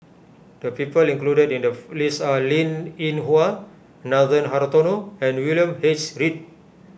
the people included in the list are Linn in Hua Nathan Hartono and William H Read